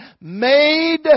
made